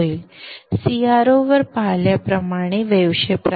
CRO refer वेळ 2851 वर पाहिल्याप्रमाणे वेव्ह आकार